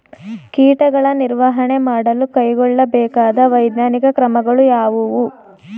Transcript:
ಕೀಟಗಳ ನಿರ್ವಹಣೆ ಮಾಡಲು ಕೈಗೊಳ್ಳಬೇಕಾದ ವೈಜ್ಞಾನಿಕ ಕ್ರಮಗಳು ಯಾವುವು?